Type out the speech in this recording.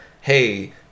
hey